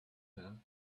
her